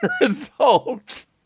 results